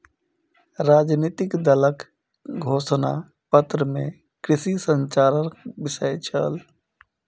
राजनितिक दलक घोषणा पत्र में कृषि संचारक विषय छल